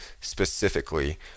specifically